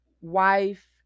wife